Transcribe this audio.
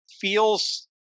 feels